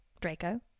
Draco